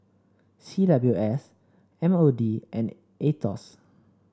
C W S M O D and Aetos